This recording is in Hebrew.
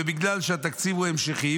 ובגלל שהתקציב הוא המשכי,